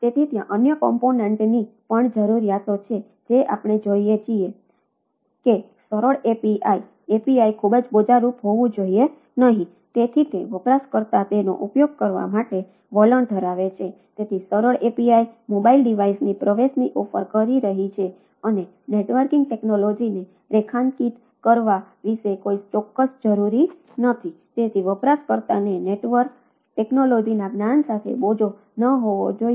તેથી ત્યાં અન્ય કોમ્પોનેંટ રિમોટ સ્ટોર એપ્લિકેશનને પ્રવેશ કરવા માટે હોવા જોઈએ